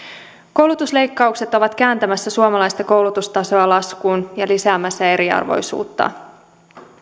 koulutusleikkaukset ovat kääntämässä suomalaista koulutustasoa laskuun ja lisäämässä eriarvoisuutta